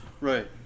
Right